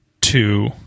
two